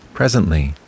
Presently